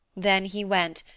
then he went,